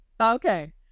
Okay